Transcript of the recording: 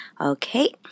Okay